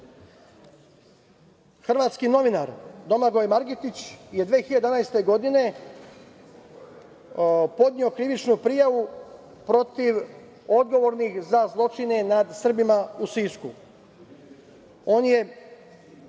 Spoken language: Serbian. Hrvatski novinar Domagoj Margetić je 2011. godine podneo krivičnu prijavu protiv odgovornih za zločine nad Srbima u Sisku. On je